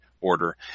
order